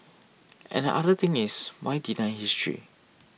and other thing is why deny history